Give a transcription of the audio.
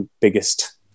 biggest